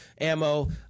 ammo